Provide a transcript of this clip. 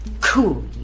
cool